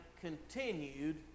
continued